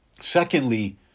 Secondly